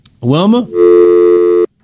Wilma